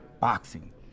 boxing